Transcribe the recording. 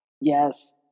Yes